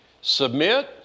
submit